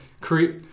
create